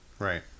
Right